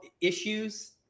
issues